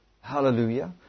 Hallelujah